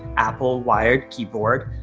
apple wired keyboard,